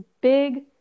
big